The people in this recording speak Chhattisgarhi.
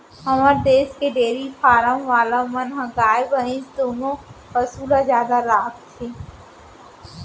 हमर देस के डेरी फारम वाला मन ह गाय भईंस दुनों पसु ल जादा राखथें